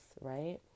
right